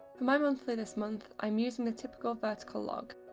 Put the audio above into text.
my monthly this month, i am using the typical vertical log.